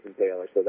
Taylor